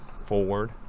forward